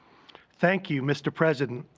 thank you. mr. president,